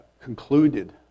concluded